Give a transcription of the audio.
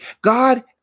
God